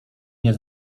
nie